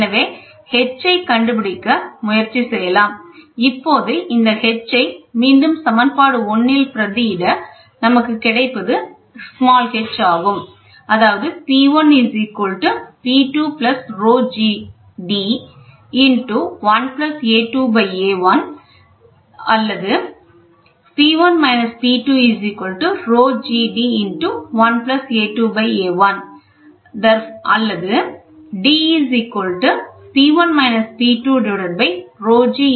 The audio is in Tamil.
எனவே h ஐக் கண்டுபிடிக்க முயற்சி செய்யலாம் இப்போது இந்த h ஐ மீண்டும் சமன்பாடு 1 இல் பிரதி இட நமக்கு கிடைப்பது h ஆகும்